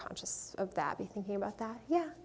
conscious of that be thinking about that yeah